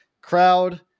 crowd